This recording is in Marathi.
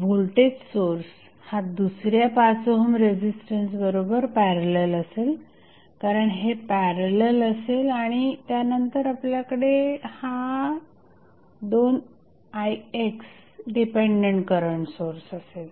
व्होल्टेज सोर्स हा दुसऱ्या 5 ओहम रेझिस्टन्स बरोबर पॅरलल असेल कारण हे पॅरलल असेल आणि त्यानंतर आपल्याकडे हा 2ixडिपेंडंट करंट सोर्स असेल